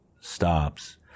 stops